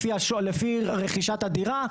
לפי רכישת הדירה,